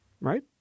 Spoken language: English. right